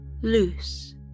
Loose